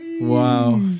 Wow